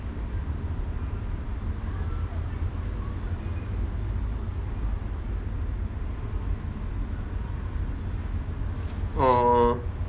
orh